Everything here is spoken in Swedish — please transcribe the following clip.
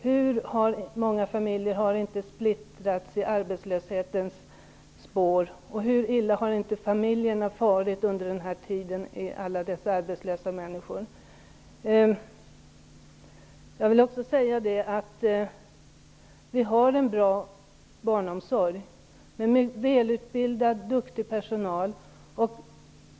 Hur många familjer har inte splittrats i arbetslöshetens spår, och hur illa har inte familjerna farit under den här tiden, med alla dessa arbetslösa människor? Jag vill också säga att vi har en bra barnomsorg med välutbildad, duktig personal.